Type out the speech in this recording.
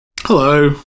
Hello